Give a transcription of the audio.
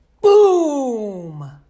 Boom